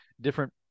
different